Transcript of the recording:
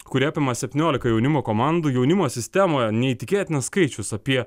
kuri apima septyniolika jaunimo komandų jaunimo sistemoje neįtikėtinas skaičius apie